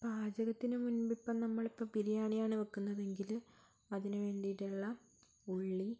പാചകത്തിനു മുൻപ് ഇപ്പം നമ്മൾ ഇപ്പം ബിരിയാണിയാണ് വയ്ക്കുന്നതെങ്കിൽ അതിനു വേണ്ടിയിട്ടുള്ള ഉള്ളി